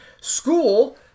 school